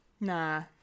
nah